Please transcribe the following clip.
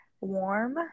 warm